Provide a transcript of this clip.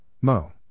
Mo